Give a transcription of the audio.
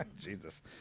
Jesus